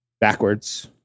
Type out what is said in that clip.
backwards